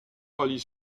rallyes